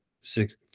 six